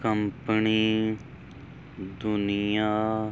company ਦੁਨੀਆਂ